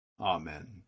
Amen